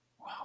Wow